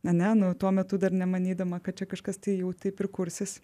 ane nu tuo metu dar nemanydama kad čia kažkas tai jau taip ir kursis